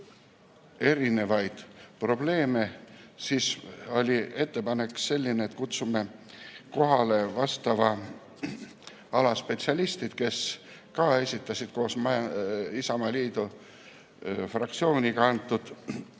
erinevaid probleeme. Siis tuli selline ettepanek, et kutsume kohale vastava ala spetsialistid, kes ka esitasid koos Isamaaliidu fraktsiooniga antud